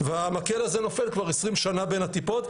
והמקל הזה נופל כבר 20 שנה בין הטיפות,